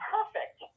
Perfect